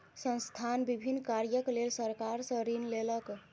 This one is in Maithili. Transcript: संस्थान विभिन्न कार्यक लेल सरकार सॅ ऋण लेलक